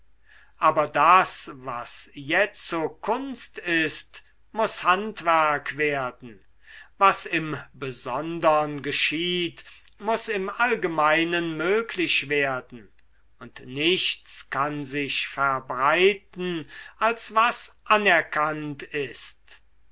aber das was jetzo kunst ist muß handwerk werden was im besondern geschieht muß im allgemeinen möglich werden und nichts kann sich verbreiten als was anerkannt ist